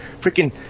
Freaking